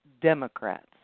Democrats